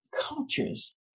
cultures